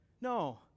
No